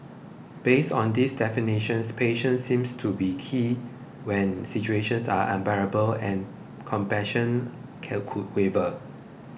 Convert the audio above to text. based on these definitions patience seems to be key when situations are unbearable and passion could waver